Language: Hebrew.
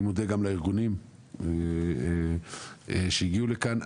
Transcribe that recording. אני מודה גם לארגונים שהגיעו לכאן.